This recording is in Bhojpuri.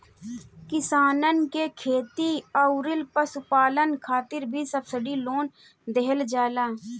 किसानन के खेती अउरी पशुपालन खातिर भी सब्सिडी लोन देहल जाला